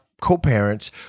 co-parents